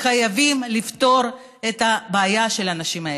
חייבים לפתור את הבעיה של האנשים האלה.